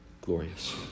glorious